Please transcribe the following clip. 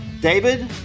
David